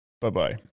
bye-bye